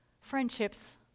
friendships